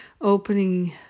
Opening